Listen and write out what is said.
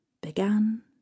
began